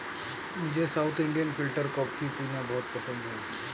मुझे south Indian filter coffee पीना बहुत पसंद है